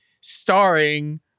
starring